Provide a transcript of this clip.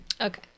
Okay